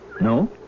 No